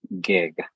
gig